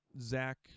Zach